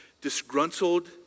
disgruntled